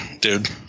dude